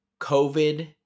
COVID